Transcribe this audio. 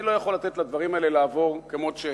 אני לא יכול לתת לדברים האלה לעבור כמות שהם.